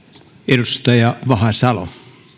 arvoisa